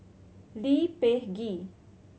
Lee Peh Gee